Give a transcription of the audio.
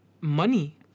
money